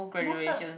no cert